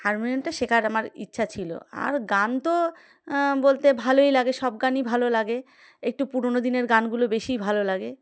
হারমোনিয়ামটা শেখার আমার ইচ্ছা ছিল আর গান তো বলতে ভালোই লাগে সব গানই ভালো লাগে একটু পুরোনো দিনের গানগুলো বেশিই ভালো লাগে